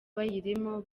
bayirimo